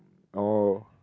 oh